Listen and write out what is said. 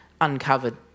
uncovered